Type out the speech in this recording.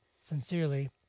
Sincerely